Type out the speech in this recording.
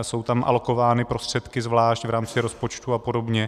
Jsou tam alokovány prostředky zvlášť v rámci rozpočtu apod.